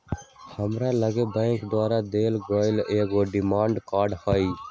हमरा लग बैंक द्वारा देल गेल एगो डेबिट कार्ड हइ